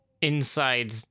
inside